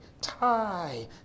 tie